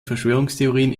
verschwörungstheorien